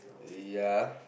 ya